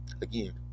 again